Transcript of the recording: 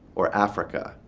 or africa,